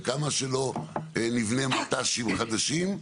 וכמה שלא נבנה מט"שים חדשים,